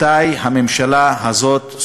מתי סוף-סוף תתחיל הממשלה הזאת,